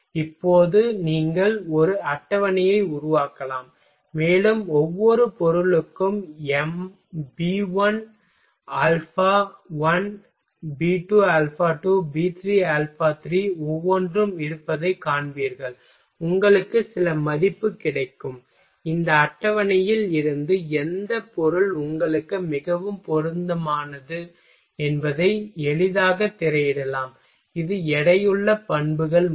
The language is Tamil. இப்போது நீங்கள் ஒரு அட்டவணையை உருவாக்கலாம் மேலும் ஒவ்வொரு பொருளுக்கும் B1 alpha 1 B2 alpha 2 B3 alpha 3 ஒவ்வொன்றும் இருப்பதைக் காண்பீர்கள் உங்களுக்கு சில மதிப்பு கிடைக்கும் இந்த அட்டவணையில் இருந்து எந்த பொருள் உங்களுக்கு மிகவும் பொருத்தமானது என்பதை எளிதாக திரையிடலாம் இது எடையுள்ள பண்புகள் முறை